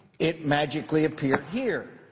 it magically appeared here.